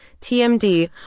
TMD